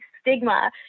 stigma